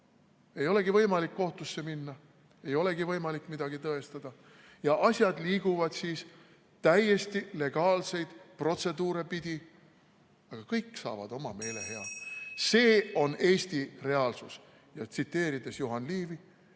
Ei olegi võimalik kohtusse minna, ei olegi võimalik midagi tõestada ja asjad liiguvad siis täiesti legaalseid protseduure pidi, aga kõik saavad oma meelehea. See on Eesti reaalsus. Tsiteerides Juhan Liivi: